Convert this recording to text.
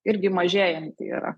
irgi mažėjanti yra